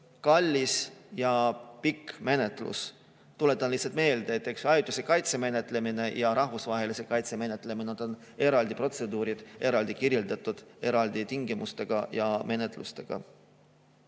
kallis ja pikk menetlus. Tuletan lihtsalt meelde, et ajutise kaitse menetlemine ja rahvusvahelise kaitse menetlemine on eraldi protseduurid, need on eraldi kirjeldatud, eraldi tingimustega ja menetlustega.